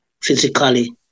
physically